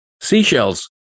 Seashells